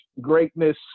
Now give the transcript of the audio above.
greatness